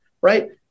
right